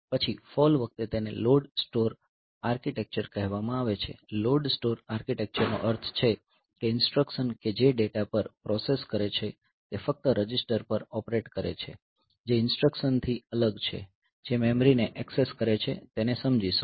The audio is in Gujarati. પછી ફોલ વખતે તેને લોડ સ્ટોર આર્કિટેક્ચર કહેવામાં આવે છે લોડ સ્ટોર આર્કિટેક્ચરનો અર્થ છે કે ઇન્સટ્રકશન કે જે ડેટા પર પ્રોસેસ કરે છે તે ફક્ત રજિસ્ટર પર ઓપરેટ કરે છે જે ઇન્સટ્રકશનથી અલગ છે જે મેમરીને ઍક્સેસ કરે છે તેને સમજીશુ